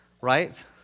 right